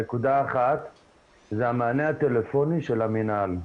נקודה אחת היא המענה הטלפוני של המינהל.